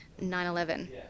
9-11